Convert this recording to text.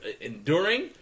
enduring